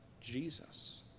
Jesus